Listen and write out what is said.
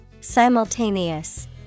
Simultaneous